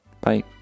Bye